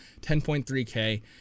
10.3K